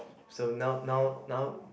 so now now now